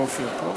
אדוני היושב-ראש,